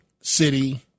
city